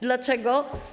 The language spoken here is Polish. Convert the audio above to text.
Dlaczego?